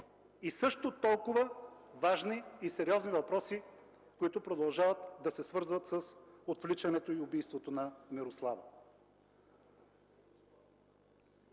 и също толкова важни и сериозни въпроси, които продължават да се свързват с отвличането и убийството на Мирослава.